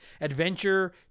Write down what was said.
Adventure